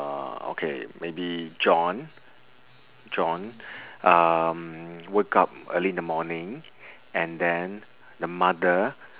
uh okay maybe john john um woke up early in the morning and then the mother